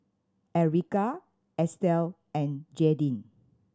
Erika Estel and Jaidyn